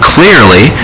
Clearly